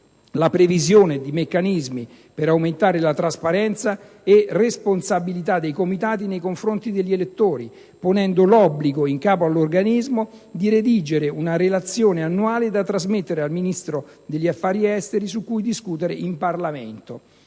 la previsione di meccanismi per aumentare la trasparenza e la responsabilità dei comitati nei confronti degli elettori, ponendo l'obbligo, in capo all'organismo, di redigere una relazione annuale da trasmettere al Ministro degli affari esteri, su cui discutere in Parlamento.